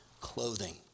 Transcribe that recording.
clothing